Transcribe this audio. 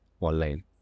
online